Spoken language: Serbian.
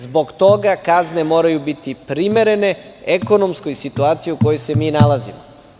Zbog toga kazne moraju biti primerene ekonomskoj situaciji u kojoj se mi nalazimo.